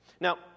Now